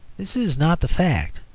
this is not the fact,